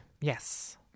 Yes